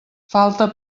falta